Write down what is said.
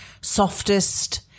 softest